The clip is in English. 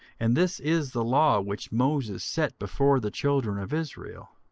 and this is the law which moses set before the children of israel